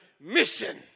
mission